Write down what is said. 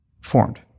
formed